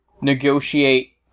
negotiate